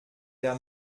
der